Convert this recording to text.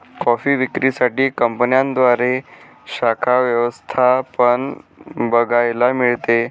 coffee विक्री साठी कंपन्यांद्वारे शाखा व्यवस्था पण बघायला मिळते